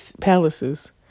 palaces